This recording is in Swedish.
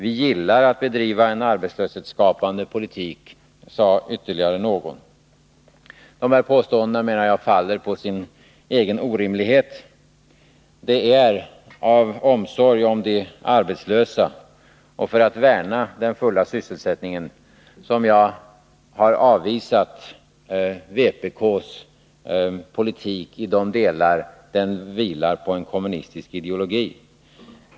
Vi gillar att bedriva en arbetslöshetsskapande politik, sade ytterligare någon. De här påståendena menar jag faller på sin egen orimlighet. Det är av omsorg om de arbetslösa samt för att värna den fulla sysselsättningen som jag har avvisat vpk:s politik i de delar den vilar på en kommunistisk ideologi.